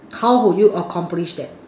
how would you accomplish that